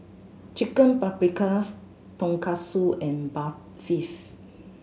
Chicken Paprikas Tonkatsu and Barfi